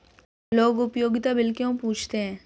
लोग उपयोगिता बिल क्यों पूछते हैं?